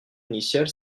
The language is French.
initiale